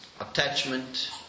attachment